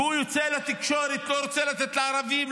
והוא יוצא לתקשורת: לא רוצה לתת לערבים,